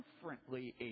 differently